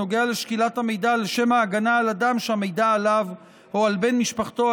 הנוגע לשקילת המידע לשם ההגנה על אדם שהמידע עליו או על בן משפחתו,